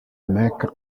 mecca